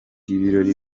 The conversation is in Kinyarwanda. ibirori